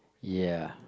ya